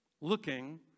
looking